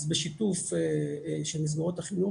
אז בשיתוף של מסגרות החינוך,